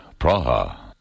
Praha